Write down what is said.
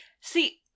See